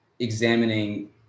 Examining